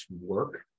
work